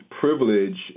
privilege